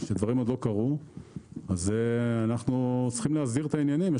אנחנו צריכים להבהיר את העניינים.